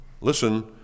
Listen